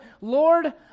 Lord